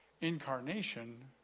incarnation